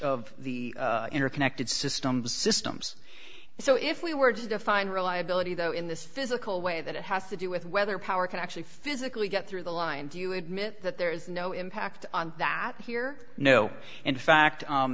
of the interconnected systems systems so if we were to define reliability though in this physical way that it has to do with whether power can actually physically get through the line do you admit that there is no impact on that here no in fact